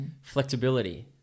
flexibility